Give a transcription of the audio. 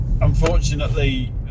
unfortunately